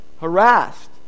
harassed